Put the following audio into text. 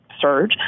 surge